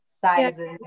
sizes